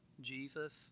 Jesus